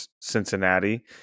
cincinnati